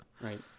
Right